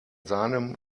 seinem